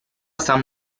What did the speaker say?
san